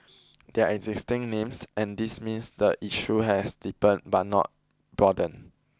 they are existing names and this means the issue has deepened but not broadened